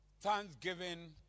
Thanksgiving